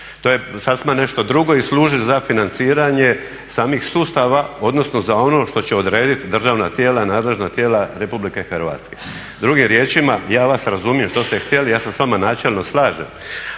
To je sasma nešto drugo i služi za financiranje samih sustava odnosno za ono što će odrediti državna tijela, nadležna tijela RH. Drugim riječima, ja vas razumijem što ste htjeli ja se s vama načelno slažem,